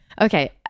Okay